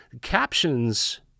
Captions